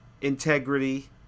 integrity